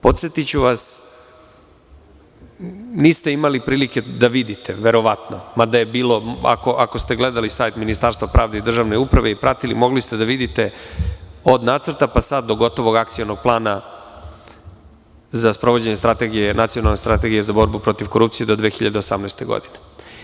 Podsetiću vas, niste imali prilike da vidite, verovatno, mada je bilo, ako ste gledali sajt Ministarstva pravde i državne uprave i pratili, mogli ste da vidite od nacrta pa sad do gotovog Akcionog plana za sprovođenje nacionalne strategije za borbu protiv korupcije do 2018. godine.